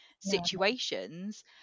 situations